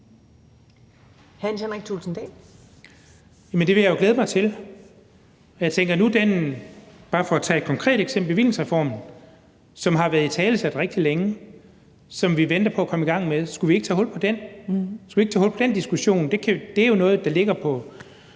Jens Henrik Thulesen Dahl (DF): Det vil jeg jo glæde mig til. Jeg tænker – bare for at tage et konkret eksempel – på bevillingsreformen, som har været italesat rigtig længe, og som vi venter på at komme i gang med. Skulle vi ikke tage hul på den? Skulle vi ikke tage hul på den diskussion? Det er jo noget, der ligger i